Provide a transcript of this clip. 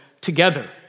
together